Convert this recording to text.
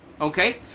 Okay